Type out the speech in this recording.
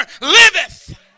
liveth